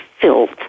filth